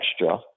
extra